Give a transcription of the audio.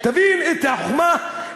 תבין את החוכמה,